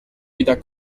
wieder